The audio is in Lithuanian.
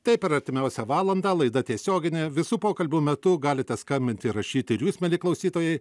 taip per artimiausią valandą laida tiesioginė visų pokalbių metu galite skambinti ir rašyti ir jūs mieli klausytojai